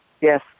Yes